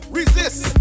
resist